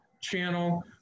channel